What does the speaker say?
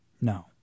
No